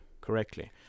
correctly